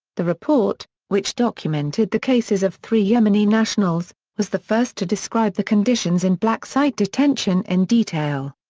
the report, which documented the cases of three yemeni nationals, was the first to describe the conditions in black site detention in detail.